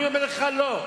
אני אומר לך: לא.